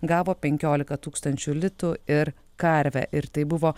gavo penkiolika tūkstančių litų ir karvę ir tai buvo